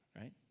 right